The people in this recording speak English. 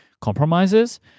compromises